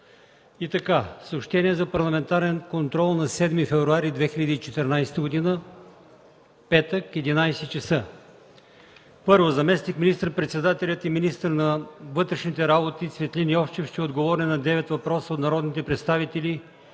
Съобщение за парламентарен контрол на 7 февруари 2014 г., петък, 11,00 ч.: 1. Заместник министър-председателят и министър на вътрешните работи Цветлин Йовчев ще отговори на 9 въпроса от народните представители